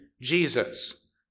Jesus